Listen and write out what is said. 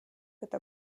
это